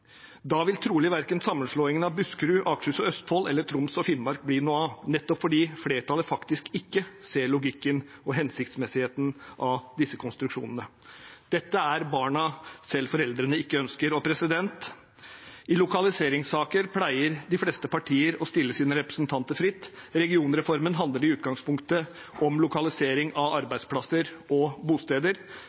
Da ville trolig verken sammenslåingen av Buskerud, Akershus og Østfold eller Troms og Finnmark bli noe av, nettopp fordi flertallet faktisk ikke ser logikken og hensiktsmessigheten i disse konstruksjonene. Dette er barna selv foreldrene ikke ønsker. I lokaliseringssaker pleier de fleste partier å stille sine representanter fritt. Regionreformen handler i utgangspunktet om lokalisering av arbeidsplasser og bosteder.